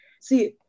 see